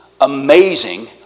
amazing